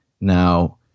now